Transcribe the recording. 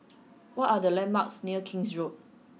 what are the landmarks near King's Road